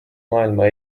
maailma